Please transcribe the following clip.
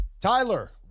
Tyler